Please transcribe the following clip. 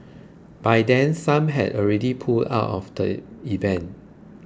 by then some had already pulled out of the event